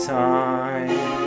time